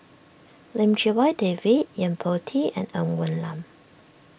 Lim Chee Wai David Yo Po Tee and Ng Woon Lam